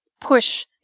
push